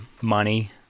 money